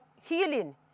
healing